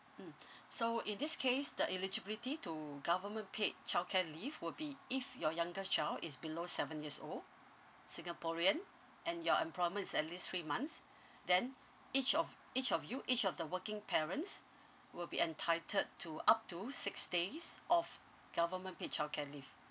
mm so in this case the eligibility to government paid childcare leave will be if your youngest child is below seven years old singaporean and your employment is at least three months then each of each of you each of the working parents will be entitled to up to six days of government paid childcare leave